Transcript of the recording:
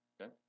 Okay